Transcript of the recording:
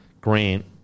Grant